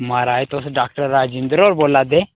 महाराज तुस डाक्टर राजिन्दर होर बोला'रदे